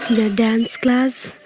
the dance class,